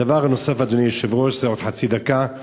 דבר נוסף, אדוני היושב-ראש, זה עוד חצי דקה,